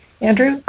Andrew